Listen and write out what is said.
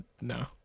No